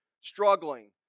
struggling